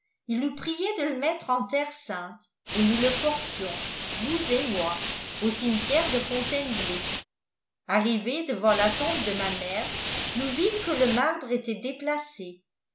il nous priait de le mettre en terre sainte et nous le portions vous et moi au cimetière de fontainebleau arrivés devant la tombe de ma mère nous vîmes que le marbre était déplacé